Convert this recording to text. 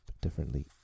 differently